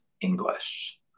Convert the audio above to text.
English